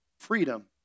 Freedom